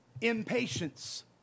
Impatience